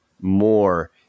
more